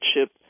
chip